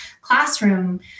classroom